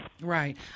Right